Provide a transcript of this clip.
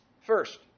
First